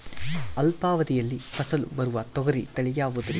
ಅಲ್ಪಾವಧಿಯಲ್ಲಿ ಫಸಲು ಬರುವ ತೊಗರಿ ತಳಿ ಯಾವುದುರಿ?